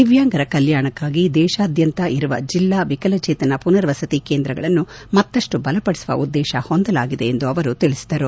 ದಿವ್ಹಾಂಗರ ಕಲ್ಹಾಣಕ್ಕಾಗಿ ದೇಶಾದ್ಯಂತ ಇರುವ ಜಿಲ್ಲಾ ವಿಕಲಚೇತನ ಪುನರ್ ವಸತಿ ಕೇಂದ್ರಗಳನ್ನು ಮತ್ತಷ್ಟು ಬಲಪಡಿಸುವ ಉದ್ದೇಶ ಹೊಂದಲಾಗಿದೆ ಎಂದು ತಿಳಿಸಿದರು